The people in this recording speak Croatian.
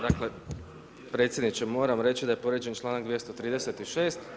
Dakle, predsjedniče, moram reći da je povrijeđen članak 236.